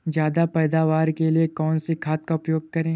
ज्यादा पैदावार के लिए कौन सी खाद का प्रयोग करें?